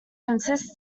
consists